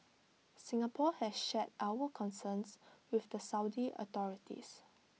Singapore has shared our concerns with the Saudi authorities